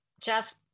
Jeff